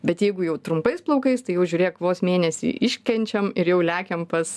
bet jeigu jau trumpais plaukais tai jau žiūrėk vos mėnesį iškenčiam ir jau lekiam pas